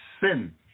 sin